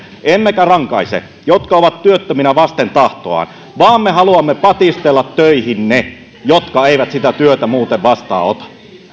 emmekä rankaise sellaisia työttömiä jotka ovat työttöminä vasten tahtoaan vaan me haluamme patistella töihin ne jotka eivät sitä työtä muuten vastaan ota